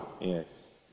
Yes